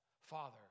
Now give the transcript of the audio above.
Father